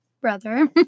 brother